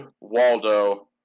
Waldo